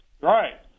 Right